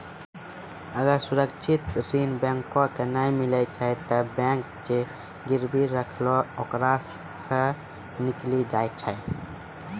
अगर सुरक्षित ऋण बैंको के नाय मिलै छै तै बैंक जे गिरबी रखलो ओकरा सं निकली जाय छै